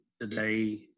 today